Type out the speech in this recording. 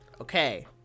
okay